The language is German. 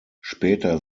später